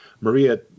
Maria